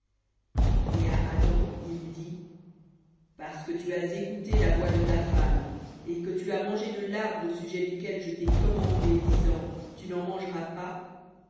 et à adam il dit parce que tu as écouté la voix de ta femme et que tu as mangé de l'arbre au sujet duquel je t'ai commandé disant tu n'en mangeras pas